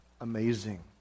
amazing